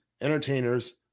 entertainers